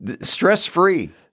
stress-free